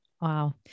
Wow